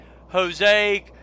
Jose